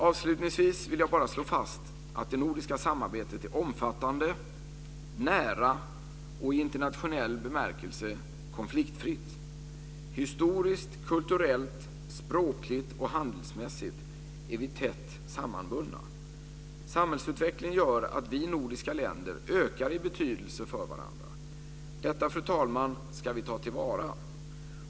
Avslutningsvis vill jag slå fast att det nordiska samarbetet är omfattande, nära och i internationell bemärkelse konfliktfritt. Historiskt, kulturellt, språkligt och handelsmässigt är vi tätt sammanbundna. Samhällsutvecklingen gör att vi nordiska länder ökar i betydelse för varandra. Detta, fru talman, ska vi ta till vara.